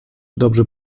dobrze